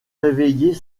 réveiller